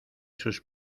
sus